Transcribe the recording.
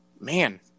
man